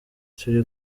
turi